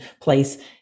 place